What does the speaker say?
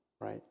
right